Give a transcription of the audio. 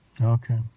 Okay